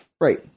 Right